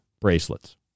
bracelets